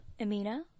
Amina